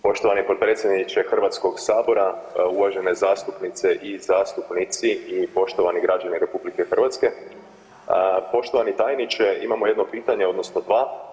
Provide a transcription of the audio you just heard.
Poštovani potpredsjedniče Hrvatskog sabora, uvažene zastupnice i zastupnici i poštovani građani Republike Hrvatske, poštovani tajniče imamo jedno pitanje odnosno dva.